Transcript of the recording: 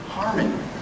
Harmony